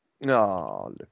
no